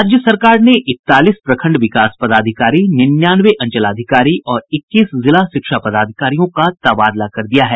राज्य सरकार ने इकतालीस प्रखंड विकास पदाधिकारी निन्यानवे अंचलाधिकारी और इक्कीस जिला शिक्षा पदाधिकारियों का तबादला कर दिया है